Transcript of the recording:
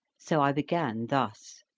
so i began thus